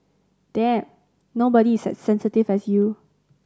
Damn nobody is as sensitive as you